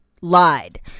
lied